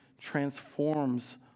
transforms